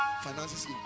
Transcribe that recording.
finances